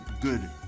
good